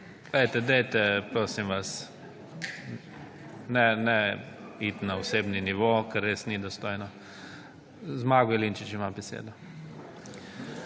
prosim, dajte prosim vas ne iti na osebni nivo, ker res ni dostojno. Zmago Jelinčič ima besedo.